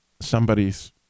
somebody's